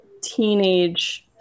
teenage